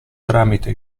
tramite